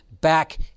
back